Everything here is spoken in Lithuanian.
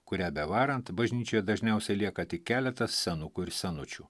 kurią bevarant bažnyčioje dažniausiai lieka tik keletas senukų ir senučių